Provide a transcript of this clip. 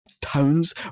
towns